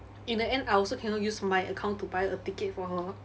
in the end I also cannot use my account to buy a ticket for her